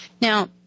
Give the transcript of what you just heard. Now